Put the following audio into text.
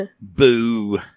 Boo